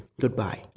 Goodbye